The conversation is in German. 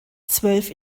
zwölf